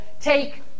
take